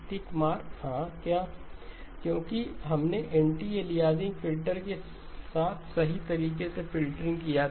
टिक mark हां क्योंकि हमने एंटी एलियासिंग फिल्टर के साथ सही तरीके से फ़िल्टरिंग किया था